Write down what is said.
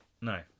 no